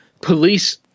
police